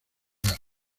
lugar